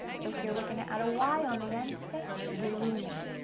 so here we're going to add a y on the end to say gloomy.